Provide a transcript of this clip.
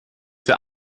der